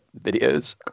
videos